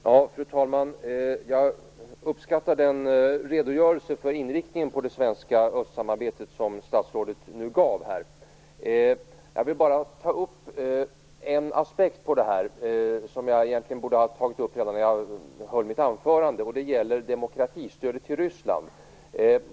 Fru talman! Jag uppskattar den redogörelse för inriktningen på det svenska östsamarbetet som statsrådet gav. Jag vill bara ta upp en aspekt på detta, som jag egentligen borde ha tagit upp i mitt anförande. Det gäller demokratistödet till Ryssland.